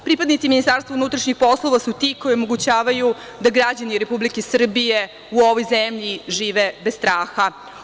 Pripadnici Ministarstva unutrašnjih poslova su ti koji omogućavaju da građani Republike Srbije u ovoj zemlji žive bez straha.